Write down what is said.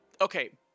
okay